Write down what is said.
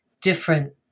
different